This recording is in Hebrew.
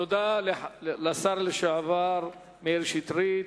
תודה לשר לשעבר מאיר שטרית.